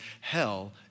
hell